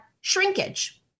shrinkage